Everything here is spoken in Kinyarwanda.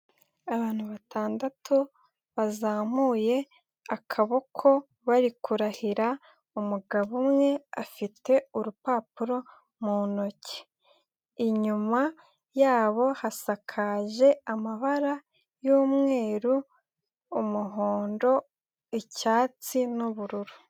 Abantu batandatu bazamuye akaboko bari kurahira umugabo umwe afite urupapuro mu ntoki, inyuma yabo hasakaje amabara y'umweru, umuhondo, icyatsi n'ubururu.